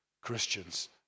Christians